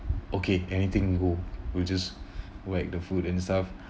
okay anything go we just whack the food and stuff